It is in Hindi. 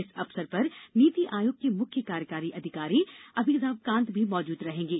इस अवसर पर नीति आयोग के मुख्य कार्यकारी अधिकारी अमिताभ कांत भी मौजूद रहेंगे